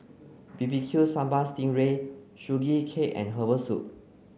B B Q Sambal Sting Ray Sugee Cake and herbal soup